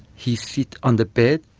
he sits on the bed,